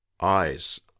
eyes